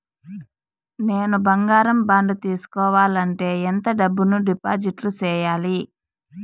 నేను బంగారం బాండు తీసుకోవాలంటే ఎంత డబ్బును డిపాజిట్లు సేయాలి?